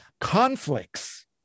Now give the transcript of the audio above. conflicts